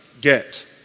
get